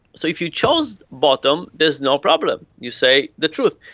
so if you chose bottom, there's no problem, you say the truth.